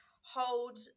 hold